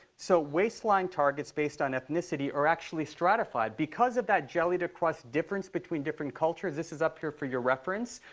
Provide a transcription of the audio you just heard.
so waistline targets based on ethnicity are actually stratified because of that jelly-to-crust difference between different cultures. this is up here for your reference.